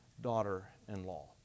daughter-in-law